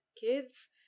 kids